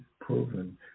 proven